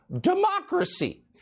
democracy